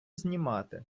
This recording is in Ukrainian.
знімати